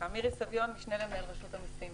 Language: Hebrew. אני משנה למנהל רשות המסים.